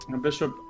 Bishop